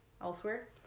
elsewhere